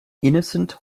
innocent